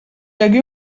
hagué